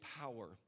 power